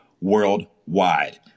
worldwide